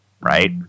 right